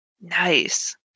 Nice